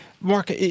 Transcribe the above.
Mark